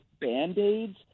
Band-Aids